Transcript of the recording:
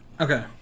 Okay